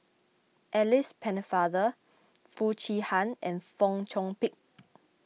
Alice Pennefather Foo Chee Han and Fong Chong Pik